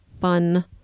fun